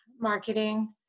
marketing